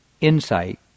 Insight